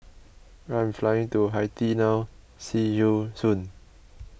I am flying to Haiti now see you soon